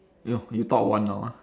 ~yo you thought one now ah